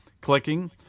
clicking